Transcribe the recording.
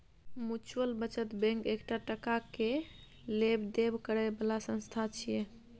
mutual बचत bank एकटा टका के लेब देब करे बला संस्था छिये